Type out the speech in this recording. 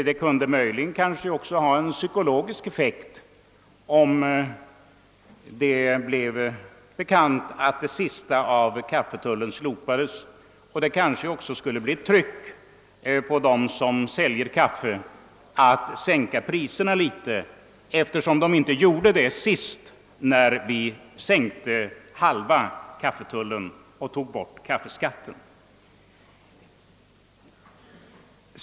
Det kunde möjligen också ha inneburit en psykologisk effekt, om det blivit bekant att den återstående delen av kaffetullen slopats, och kanske skulle det ha uppstått ett tryck på kaffeförsäljarna att sänka priserna något, eftersom de inte företog någon sänkning då halva kaffetullen togs bort och kaffeskatten avskaffades.